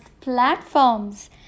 platforms